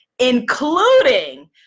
including